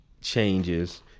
changes